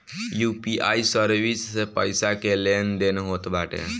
UPI service से पईसा के लेन देन होत बाटे